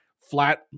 flat